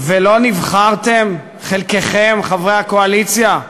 ולא נבחרתם, חלקכם, חברי הקואליציה,